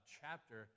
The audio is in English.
chapter